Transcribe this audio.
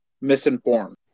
misinformed